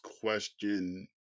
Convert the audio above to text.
question